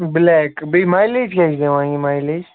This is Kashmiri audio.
بٕلیک بیٚیہِ مایلیج کیٛاہ چھِ دِوان یہِ مایلیج